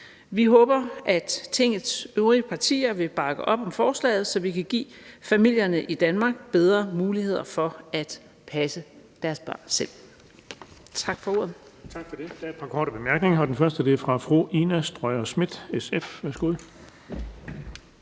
Vi håber, at Tingets øvrige partier vil bakke op om forslaget, så vi kan give familierne i Danmark bedre muligheder for at passe deres børn selv.